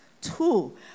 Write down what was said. two